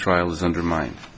trials undermine